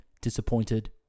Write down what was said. disappointed